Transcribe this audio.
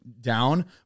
down